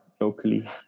locally